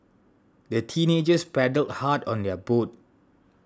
the teenagers paddled hard on their boat